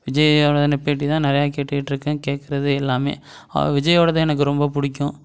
விஜய்யோடதுன்னு பேட்டி தான் நிறையா கேட்டுகிட்ருக்கேன் கேட்கறது எல்லாமே விஜயோடது எனக்கு ரொம்ப பிடிக்கும்